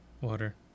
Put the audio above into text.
Water